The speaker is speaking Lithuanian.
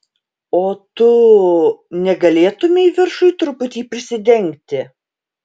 o tu negalėtumei viršuj truputį prisidengti